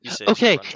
Okay